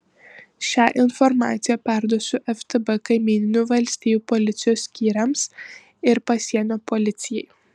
šią informaciją perduosiu ftb kaimyninių valstijų policijos skyriams ir pasienio policijai